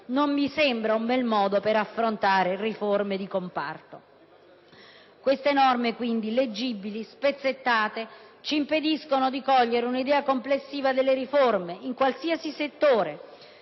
Non mi sembra un bel modo per affrontare le riforme di comparto! Queste norme, quindi, illeggibili e spezzettate ci impediscono di cogliere un'idea complessiva delle riforme in qualsiasi settore.